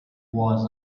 was